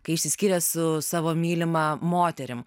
kai išsiskyrė su savo mylima moterim